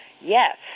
Yes